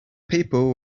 people